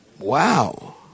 wow